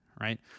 right